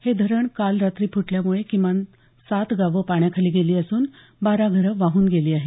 हे धरण काल रात्री फुटल्यामुळे किमान सात गावं पाण्याखाली गेली असून किमान बारा घरं वाहून गेली आहेत